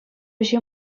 ӗҫе